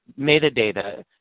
metadata